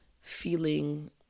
feeling